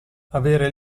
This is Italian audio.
avere